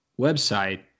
website